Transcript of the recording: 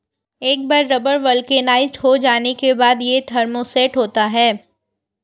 एक बार rubber vulcanised हो जाने के बाद, यह थर्मोसेट होता है